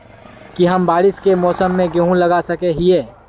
की हम बारिश के मौसम में गेंहू लगा सके हिए?